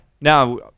Now